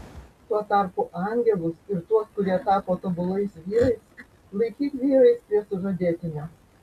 tuo tarpu angelus ir tuos kurie tapo tobulais vyrais laikyk vyrais prie sužadėtinio